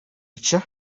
gica